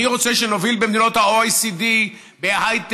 אני רוצה שנוביל במדינות ה-OECD בהייטק,